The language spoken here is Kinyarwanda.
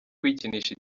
kwikinisha